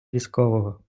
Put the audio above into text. військового